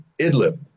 Idlib